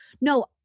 no